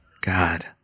god